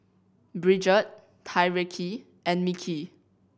Bridgette Tyreke and Mickie